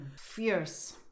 Fierce